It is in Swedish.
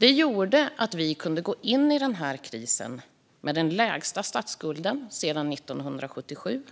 Det gjorde att vi kunde gå in i den här krisen med den lägsta statsskulden sedan 1977